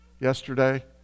yesterday